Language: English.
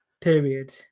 period